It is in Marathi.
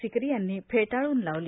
सिक्री यांनी फेटाळून लावली